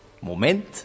Moment